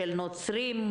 נוצרים,